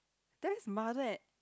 that's mother and